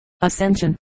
Ascension